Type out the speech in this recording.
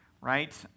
Right